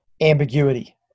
ambiguity